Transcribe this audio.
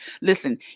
listen